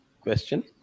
question